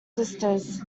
sisters